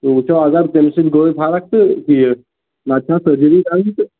تہِ وُچھو اگر تٔمہِ سۭتۍ گٔے فرق تہٕ یہِ نَتہٕ چھِ اَتھ سٔرجری کرٕنۍ تہٕ